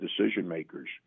decision-makers